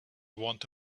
want